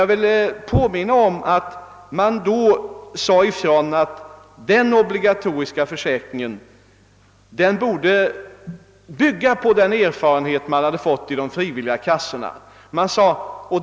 Jag vill påminna om att man då deklarerade att den obligatoriska försäkringen borde bygga på den erfarenhet, som fanns inom de frivilliga arbetslöshetskassorna.